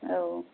औ